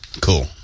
Cool